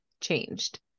changed